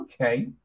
okay